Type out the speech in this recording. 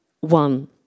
one